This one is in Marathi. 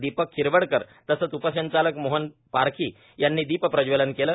दीपक खिरवडकर तसंच उपसंचालक मोहन पारखी यांनी दीप प्रज्वलन केलं